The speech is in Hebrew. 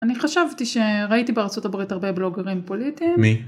אני חשבתי שראיתי בארה״ב הרבה בלוגרים פוליטיים.